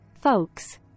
folks